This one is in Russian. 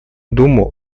думал